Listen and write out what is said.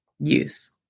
use